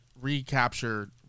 recapture